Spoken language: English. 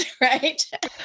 right